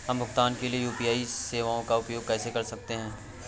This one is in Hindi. हम भुगतान के लिए यू.पी.आई सेवाओं का उपयोग कैसे कर सकते हैं?